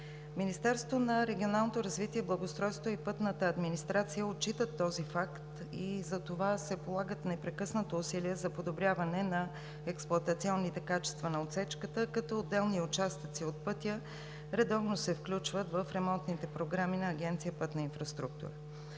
Министерството на регионалното развитие и благоустройството и Пътната администрация отчитат този факт и затова се полагат непрекъснато усилия за подобряване на експлоатационните качества на отсечката, като отделни участъци от пътя редовно се включват в ремонтните програми на Агенция „Пътна инфраструктура“.